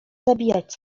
zabijać